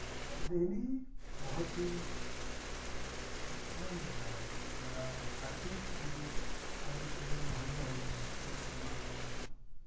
اور دہلی بہت ہی پرسکون جگہ ہے یہاں ہر چیز کے لیے ساری چیزیں مہیا ہوتی ہیں ہیلتھ کے معاملے میں